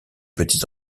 petits